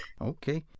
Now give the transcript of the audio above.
Okay